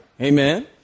Amen